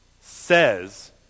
says